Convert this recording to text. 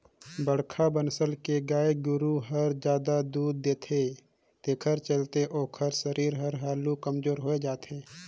बड़खा बनसल के गाय गोरु हर जादा दूद देथे तेखर चलते ओखर सरीर हर हालु कमजोर होय जाथे